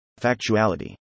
Factuality